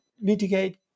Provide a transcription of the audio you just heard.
mitigate